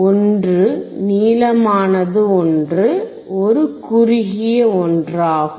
ஒன்று நீளமானது ஒன்று ஒரு குறுகிய ஒன்றாகும்